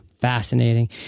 Fascinating